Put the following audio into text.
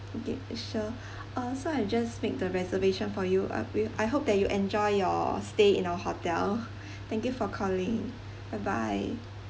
okay sure uh so I just made the reservation for you uh wi~ I hope that you enjoy your stay in our hotel thank you for calling bye bye